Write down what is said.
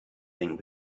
thing